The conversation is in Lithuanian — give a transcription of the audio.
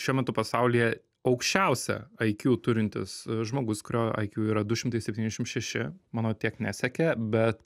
šiuo metu pasaulyje aukščiausią aikiū turintis žmogus kurio aikiū yra du šimtai septyniasdešim šeši mano tiek nesiekia bet